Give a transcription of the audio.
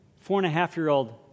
four-and-a-half-year-old